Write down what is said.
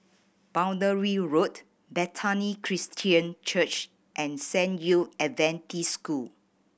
Boundary Road Bethany Christian Church and San Yu Adventist School